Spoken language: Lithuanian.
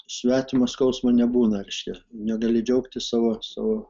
svetimo skausmo nebūna reiškia negali džiaugtis savo savo